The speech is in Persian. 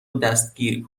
دستگیر